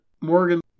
Morgan